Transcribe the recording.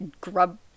grub